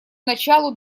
началу